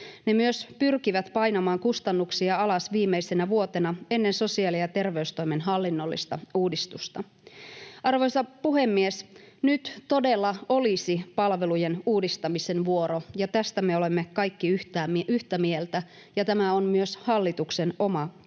Ne myös pyrkivät painamaan kustannuksia alas viimeisenä vuotena ennen sosiaali- ja terveystoimen hallinnollista uudistusta. Arvoisa puhemies! Nyt todella olisi palvelujen uudistamisen vuoro, ja tästä me olemme kaikki yhtä mieltä, ja tämä on myös hallituksen oma tavoite